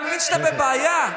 אתה מבין שאתה בבעיה?